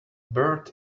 bird